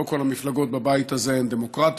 לא כל המפלגות בבית הזה הן דמוקרטיות,